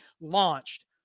launched